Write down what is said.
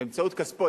באמצעות כספו,